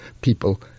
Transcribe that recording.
people